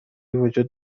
وجود